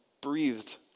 breathed